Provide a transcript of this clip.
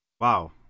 Wow